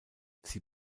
sie